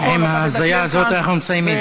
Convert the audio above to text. עם ההזיה הזאת אנחנו מסיימים.